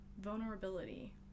vulnerability